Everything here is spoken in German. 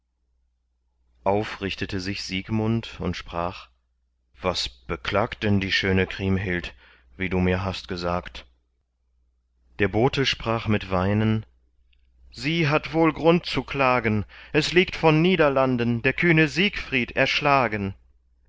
richtete sich siegmund und sprach was beklagt denn die schöne kremhild wie du mir hast gesagt der bote sprach mit weinen sie hat wohl grund zu klagen es liegt von niederlanden der kühne siegfried erschlagen